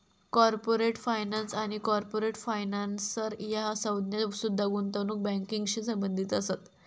corporate finance आणि corporate financier ह्या संज्ञा सुद्धा गुंतवणूक बँकिंगशी संबंधित असत